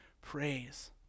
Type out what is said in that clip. praise